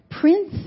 Prince